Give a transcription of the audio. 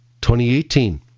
2018